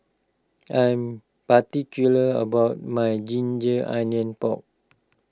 I'm particular about my Ginger Onions Pork